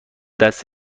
دست